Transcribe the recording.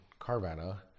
Carvana